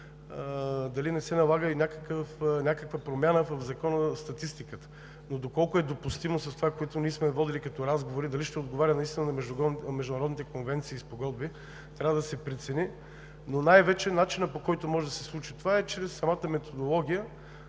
дали не се налага някаква промяна в Закона за статистиката и доколко е допустимо с това, което ние сме водили като разговори, и дали ще отговаря наистина на международните конвенции и спогодби, трябва да се прецени. Но най-вече начинът, по който може да се случи това, е чрез самата методология